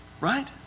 right